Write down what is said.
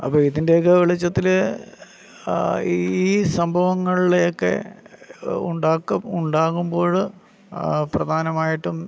അപ്പോൾ ഇതിൻ്റെയൊക്കെ വെളിച്ചത്തിൽ ഈ സംഭവങ്ങളൊക്കെ ഉണ്ടാകും ഉണ്ടാകുമ്പോൾ പ്രധാനമായിട്ടും